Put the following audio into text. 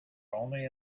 only